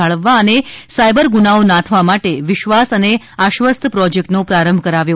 જાળવવા અને સાયબર ગુનાઓ નાથવા માટે વિશ્વાસ અને આશ્વસ્ત પ્રોજેક્ટનો પ્રારંભ કરાવ્યો